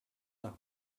nach